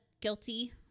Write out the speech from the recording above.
guilty